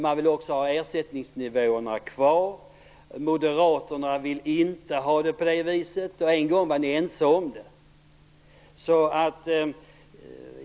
Man vill också ha ersättningsnivåerna kvar. Moderaterna vill inte ha det på det viset. En gång var ni ense om detta.